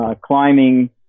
Climbing